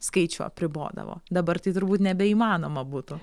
skaičių apribodavo dabar tai turbūt nebeįmanoma būtų